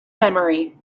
memory